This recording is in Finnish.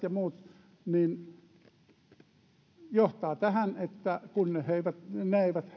ja muiden johtaa tähän että kun he eivät